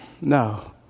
no